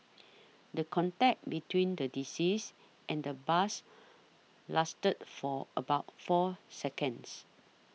the contact between the deceased and the bus lasted for about four seconds